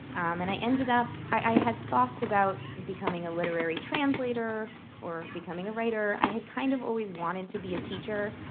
and i ended up i had thoughts about becoming a literary translator or becoming a writer. i had, kind of, always wanted to be a teacher,